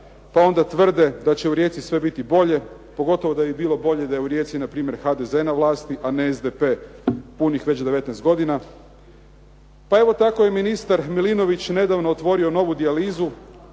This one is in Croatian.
pa onda tvrde da će u Rijeci biti sve bolje, pogotovo da bi bilo bolje da je u Rijeci npr. HDZ na vlasti, a ne SDP, punih već 19 godina. Pa evo isto tako je ministar Milinović nedavno otvorio novu dijalizu,